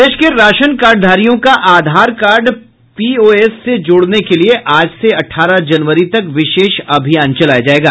प्रदेश के राशन कार्डधारियों का आधार कार्ड पीओएस से जोड़ने के लिये आज से अठारह जनवरी तक विशेष अभियान चलाया जायेगा